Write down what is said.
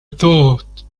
thought